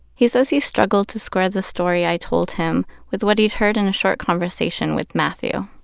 he says he struggled to square the story i told him with what he'd heard in a short conversation with mathew.